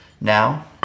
now